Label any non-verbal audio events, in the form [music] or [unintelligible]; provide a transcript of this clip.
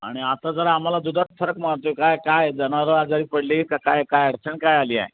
आणि आता जर आम्हाला दुधात फरक [unintelligible] काय काय जनावरं आजारी पडली का काय काय अडचण काय आली आहे